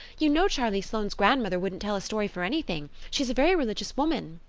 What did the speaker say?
you know charlie sloane's grandmother wouldn't tell a story for anything. she's a very religious woman.